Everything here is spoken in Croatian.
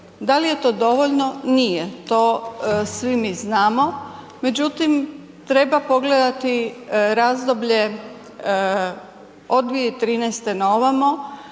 Da li je to dovoljno, nije, to svi mi znamo, međutim treba pogledati razdoblje od 2013. naovamo